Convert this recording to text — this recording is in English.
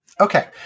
Okay